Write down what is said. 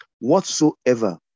Whatsoever